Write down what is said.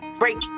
break